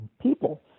people